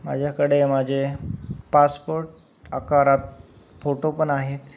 माझ्याकडे माझे पासपोर्ट आकारात फोटो पण आहेत